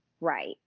right